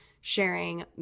sharing